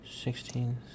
Sixteen